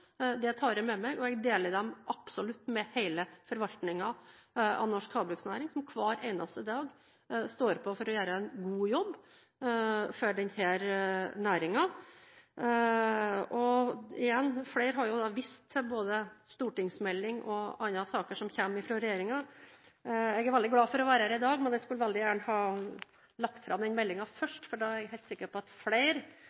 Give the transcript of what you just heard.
De tar jeg med meg, og jeg deler dem absolutt med hele forvaltningen av norsk havbruksnæring som hver eneste dag står på for å gjøre en god jobb for denne næringen. Igjen: Flere har vist til stortingsmelding og andre saker som kommer fra regjeringen. Jeg er veldig glad for å være her i dag, men skulle veldig gjerne ha lagt fram